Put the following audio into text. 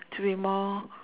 to be more